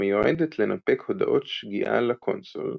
ומיועדת לנפק הודעות שגיאה לקונסול,